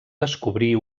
descobrir